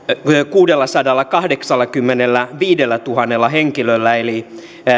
kuudellasadallakahdeksallakymmenelläviidellätuhannella henkilöllä eli